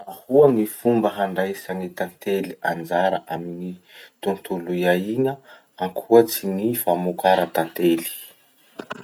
Ahoa gny fomba handraisagn'ny tantely anjara amin'ny tontolo iaigna akoantsy ny famoraka tantely?